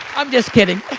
i'm just kidding.